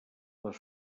les